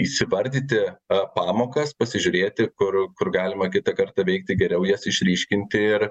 įsivardyti pamokas pasižiūrėti kur kur galima kitą kartą veikti geriau jas išryškinti ir